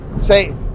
Say